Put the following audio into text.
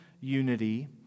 unity